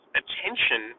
attention